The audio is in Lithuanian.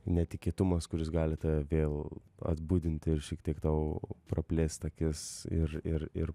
netikėtumas kuris gali tave vėl adbudinti ir šiek tiek tau praplėst akis ir ir ir